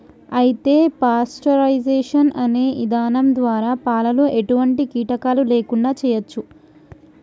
అయితే పాస్టరైజేషన్ అనే ఇధానం ద్వారా పాలలో ఎటువంటి కీటకాలు లేకుండా చేయచ్చు